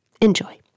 Enjoy